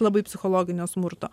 labai psichologinio smurto